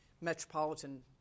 metropolitan